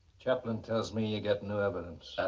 chaplain tells me you got new evidence.